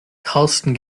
karsten